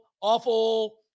awful